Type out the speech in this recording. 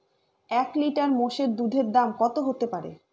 এক লিটার মোষের দুধের দাম কত হতেপারে?